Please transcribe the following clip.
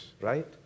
right